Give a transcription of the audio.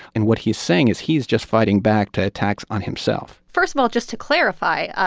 and what he's saying is he's just fighting back to attacks on himself first of all, just to clarify,